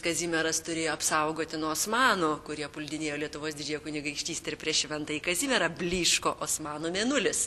kazimieras turėjo apsaugoti nuo osmanų kurie puldinėjo lietuvos didžiąją kunigaikštystę ir prieš šventąjį kazimierą blyško osmanų mėnulis